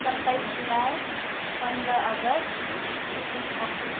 सताइस जुलाई पन्ध्र August second अक्टो